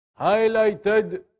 highlighted